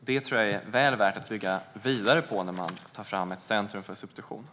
Det tror jag är väl värt att bygga vidare på när man tar fram ett centrum för substitution.